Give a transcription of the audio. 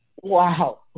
Wow